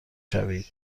شوید